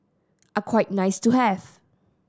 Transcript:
are quite nice to have